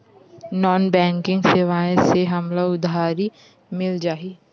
Non banking सेवाएं से हमला उधारी मिल जाहि?